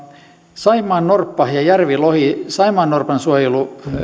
saimaannorppa ja järvilohi saimaannorpan suojelu